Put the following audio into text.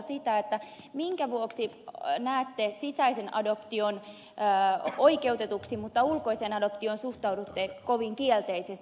salolta sitä minkä vuoksi näette sisäisen adoption oikeutetuksi mutta ulkoiseen adoptioon suhtaudutte kovin kielteisesti